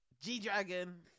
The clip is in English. G-Dragon